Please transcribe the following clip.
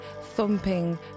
thumping